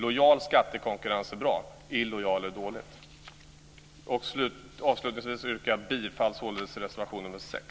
Lojal skattekonkurrens är bra, illojal är dålig. Avslutningsvis yrkar jag bifall till reservation nr 6.